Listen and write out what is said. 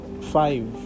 Five